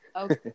Okay